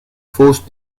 forced